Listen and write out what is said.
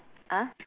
uh